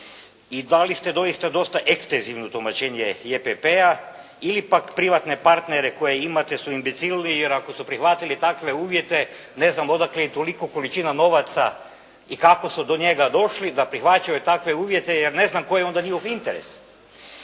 i dali ste doista dosta ekstezivno tumačenje i EPP-a ili pak privatne partnere koje imate su imbecili jer ako su prihvatili takve uvjete, ne znam odakle im toliko količina novaca i kako su do njega došli da prihvaćaju takve uvjete jer ne znam koji je onda njihov interes.